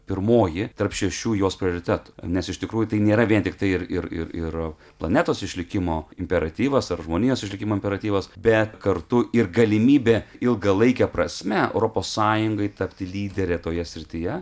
pirmoji tarp šešių jos prioritetų nes iš tikrųjų tai nėra vien tiktai ir ir ir ir planetos išlikimo imperatyvas ar žmonijos išlikimo imperatyvas bet kartu ir galimybė ilgalaike prasme europos sąjungai tapti lydere toje srityje